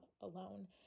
alone